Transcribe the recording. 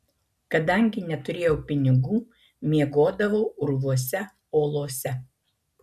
kadangi neturėjau pinigų miegodavau urvuose olose